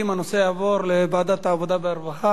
הנושא יעבור לוועדת העבודה והרווחה.